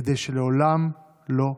כדי שלעולם לא נשכח.